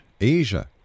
Asia